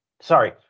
Sorry